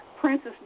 Princess